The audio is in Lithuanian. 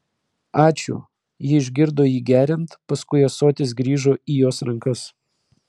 ačiū ji išgirdo jį geriant paskui ąsotis grįžo įjos rankas